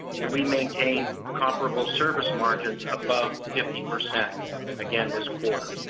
and we maintain comparable service margins above fifty percent again this quarter.